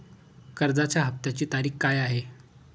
कर्जाचा हफ्त्याची तारीख काय आहे?